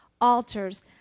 altars